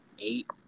eight